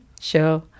Sure